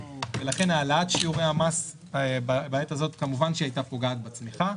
ולכן העלאת שיעורי המס בעת הזאת כמובן שהייתה פוגעת בצמיחה.